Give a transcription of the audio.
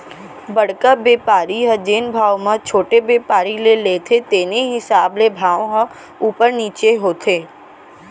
बड़का बेपारी ह जेन भाव म छोटे बेपारी ले लेथे तेने हिसाब ले भाव ह उपर नीचे होथे